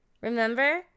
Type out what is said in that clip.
Remember